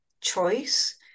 choice